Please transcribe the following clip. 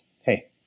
Hey